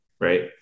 right